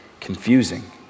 confusing